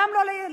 גם לא לעשות,